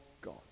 God